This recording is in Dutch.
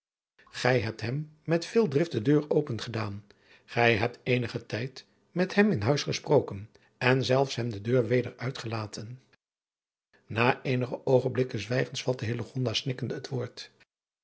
gij hebt hem met veel drift de deur open gedaan gij hebt eenigen tijd met hem in huis gesproken en zelf hem de deur weder uitgelaten na eenige oogenblikken zwijgens vatte hillegonda snikkende het woord